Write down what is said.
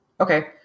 Okay